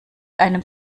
einem